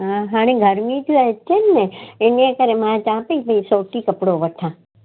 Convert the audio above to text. हा हाणे गर्मियूं थियूं अचन न इन्हीअ करे मां चआं पई भई सोटी कपिड़ो वठां